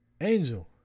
Angel